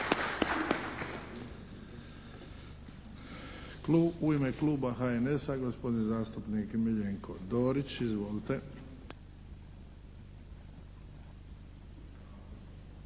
U ime kluba HNS-a gospodin zastupnik Miljenko Dorić. Izvolite.